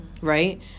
right